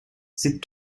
c’est